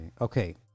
Okay